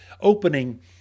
opening